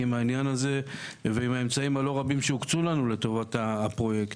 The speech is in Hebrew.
עם העניין הזה ועם האמצעים הלא-רבים שהוקצו לנו לטובת הפרויקט.